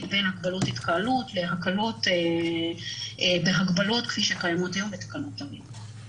בין הגבלות התקהלות להקלות בהגבלות כפי שקיימות היום בתקנות תו ירוק.